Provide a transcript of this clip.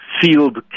field